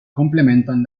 complementan